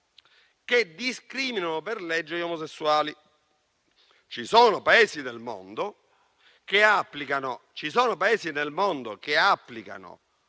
che discriminano per legge gli omosessuali; ci sono Paesi del mondo che applicano